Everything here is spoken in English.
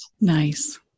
Nice